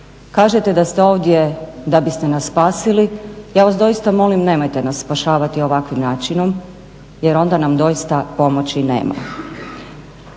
Kažete da ste ovdje da biste nas spasili. Ja vas doista molim nemojte nas spašavati ovakvim načinom, jer onda nam doista pomoći nema.